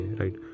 right